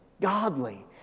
godly